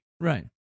Right